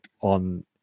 on